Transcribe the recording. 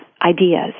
ideas